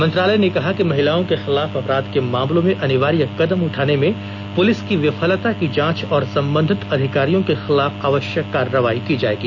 मंत्रालय ने कहा कि महिलाओं के खिलाफ अपराध के मामलों में अनिवार्य कदम उठाने में पुलिस की विफलता की जांच और संबंधित अधिकारियों के खिलाफ आवश्यक कार्रवाई की जाएगी